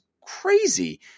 crazy